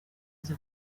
aza